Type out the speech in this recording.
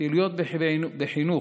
פעילויות חינוך: